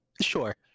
sure